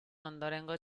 ondorengo